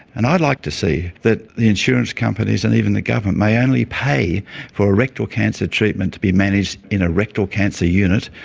and i'd like to see that the insurance companies and even the government may only pay for a rectal cancer treatment to be managed in a rectal cancer unit,